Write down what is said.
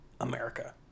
America